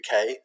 UK